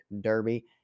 Derby